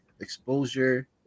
Exposure